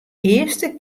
earste